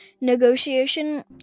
negotiation